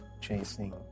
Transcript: chasing